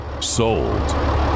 Sold